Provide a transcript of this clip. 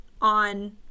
on